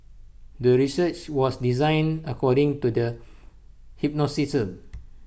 the research was designed according to the hypothesis